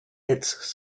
its